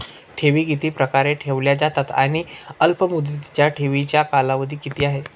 ठेवी किती प्रकारे ठेवल्या जातात आणि अल्पमुदतीच्या ठेवीचा कालावधी किती आहे?